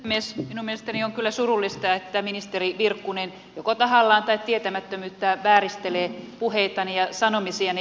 minun mielestäni on kyllä surullista että ministeri virkkunen joko tahallaan tai tietämättömyyttään vääristelee puheitani ja sanomisiani